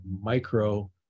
micro